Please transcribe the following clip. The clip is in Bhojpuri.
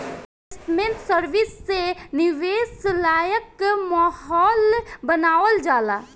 इन्वेस्टमेंट सर्विस से निवेश लायक माहौल बानावल जाला